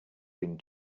been